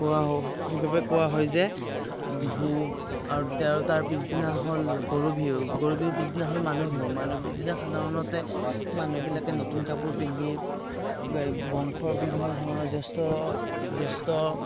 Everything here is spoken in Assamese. কোৱা সেইবাবে কোৱা হয় যে বিহু আৰু তাৰ তাৰ পিছদিনা হ'ল গৰু বিহু গৰু বিহুৰ পিছদিনা হ'ল মানুহ বিহু মানুহ পিছদিনা সাধাৰণতে মানুহবিলাকে নতুন কাপোৰ পিন্ধি বংশৰ বিভিন্ন ধৰণৰ জ্য়েষ্ঠ জ্য়েষ্ঠ